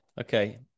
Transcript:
okay